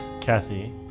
Kathy